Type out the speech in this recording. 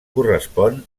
correspon